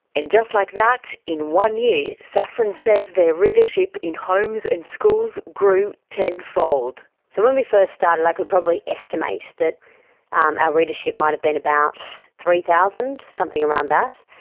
and just like that, in one year, saffron says their readership in homes and schools grew ten fold. so when we first started i could probably estimate that our readership might have been about three thousand, something around that.